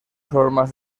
formas